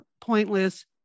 pointless